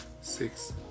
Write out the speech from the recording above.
six